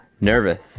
Nervous